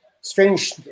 strange